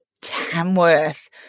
Tamworth